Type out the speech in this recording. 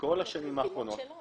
בכל השנים האחרונות